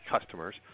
customers